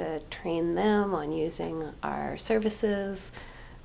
to train them on using our services